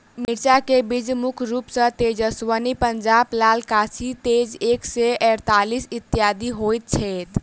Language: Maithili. मिर्चा केँ बीज मुख्य रूप सँ तेजस्वनी, पंजाब लाल, काशी तेज एक सै अड़तालीस, इत्यादि होए छैथ?